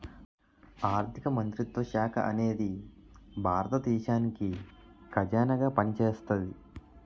ఆర్ధిక మంత్రిత్వ శాఖ అనేది భారత దేశానికి ఖజానాగా పనిచేస్తాది